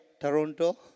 Toronto